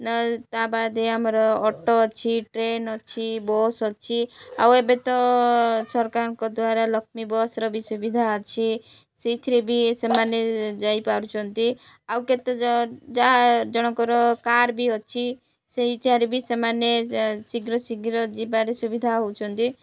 ତା ବାଦେ ଆମର ଅଟୋ ଅଛି ଟ୍ରେନ୍ ଅଛି ବସ୍ ଅଛି ଆଉ ଏବେ ତ ସରକାରଙ୍କ ଦ୍ୱାରା ଲକ୍ଷ୍ମୀ ବସ୍ର ବି ସୁବିଧା ଅଛି ସେଇଥିରେ ବି ସେମାନେ ଯାଇପାରୁଛନ୍ତି ଆଉ କେତେ ଯାହା ଜଣଙ୍କର କାର୍ ବି ଅଛି ସେଇଠାରେ ବି ସେମାନେ ଶୀଘ୍ର ଶୀଘ୍ର ଯିବାରେ ସୁବିଧା ହେଉଛନ୍ତି